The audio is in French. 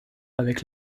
avec